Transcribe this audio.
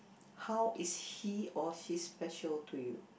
how is he or she special to you